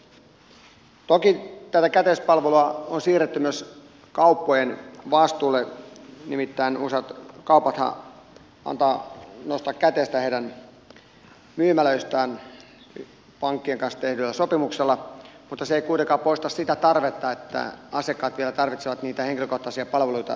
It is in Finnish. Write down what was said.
toki tätä käteispalvelua on siirretty myös kauppojen vastuulle nimittäin useat kaupathan antavat nostaa käteistä heidän myymälöistään pankkien kanssa tehdyillä sopimuksilla mutta se ei kuitenkaan poista sitä tarvetta että asiakkaat vielä tarvitsevat niitä henkilökohtaisia palveluita siellä konttorissakin